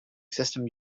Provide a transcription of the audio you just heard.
system